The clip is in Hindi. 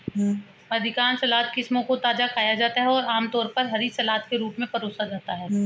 अधिकांश सलाद किस्मों को ताजा खाया जाता है और आमतौर पर हरी सलाद के रूप में परोसा जाता है